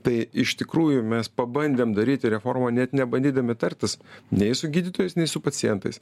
tai iš tikrųjų mes pabandėm daryti reformą net nebandydami tartis nei su gydytojais nei su pacientais